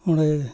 ᱚᱸᱰᱮ